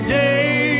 day